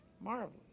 marvelous